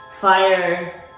fire